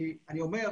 אני אומר,